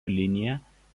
linija